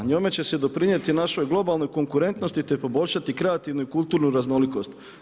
Njome će se doprinijeti našoj globalnoj konkurentnosti te poboljšati kreativnu i kulturnu raznolikost.